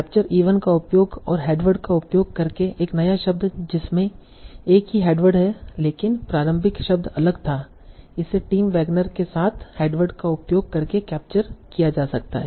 capture E1 का उपयोग और हेडवर्ड का उपयोग करके एक नया शब्द जिसमें एक ही हेडवर्ड है लेकिन प्रारंभिक शब्द अलग था इसे टिम वैगनर के साथ हेडवर्ड का उपयोग करके कैप्चर किया जा सकता है